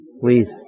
Please